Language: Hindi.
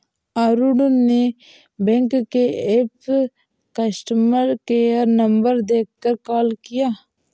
अरुण ने बैंक के ऐप कस्टमर केयर नंबर देखकर कॉल किया